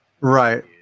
Right